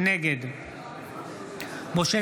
נגד משה